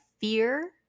fear